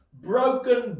broken